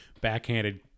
backhanded